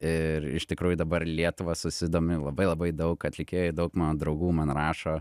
ir iš tikrųjų dabar lietuva susidomi labai labai daug atlikėjų daug mano draugų man rašo